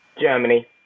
Germany